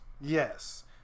Yes